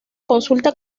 consulta